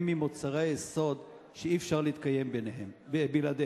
הוא ממוצרי היסוד שאי-אפשר להתקיים בלעדיהם.